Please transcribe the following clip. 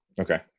Okay